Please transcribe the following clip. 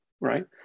right